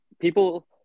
people